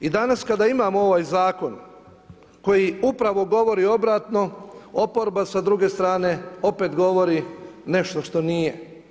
I danas kada imamo ovaj zakon koji upravo govori obratno, oporba sa druge strane opet govori nešto što nije.